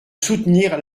soutenir